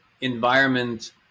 environment